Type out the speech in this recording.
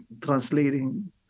Translating